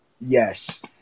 Yes